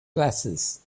glasses